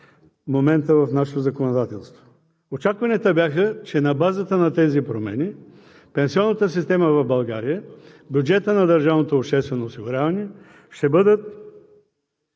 момента в нашето законодателство. Очакванията бяха, че на базата на тези промени пенсионната система в България, бюджетът на държавното обществено осигуряване ще бъдат